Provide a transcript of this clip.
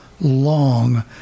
long